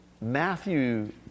Matthew